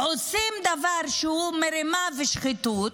הם עושים דבר שהוא מרמה ושחיתות,